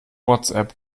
whatsapp